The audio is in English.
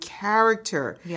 character